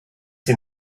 see